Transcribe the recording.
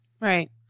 Right